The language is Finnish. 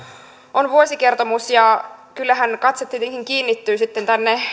on vuosikertomus kyllähän katse tietenkin kiinnittyy